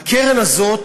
הקרן הזאת